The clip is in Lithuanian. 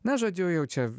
na žodžiu jau čia